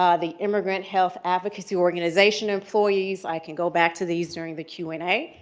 um the immigrant health advocacy organization employees. i can go back to these during the q and a.